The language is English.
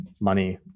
money